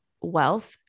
wealth